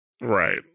Right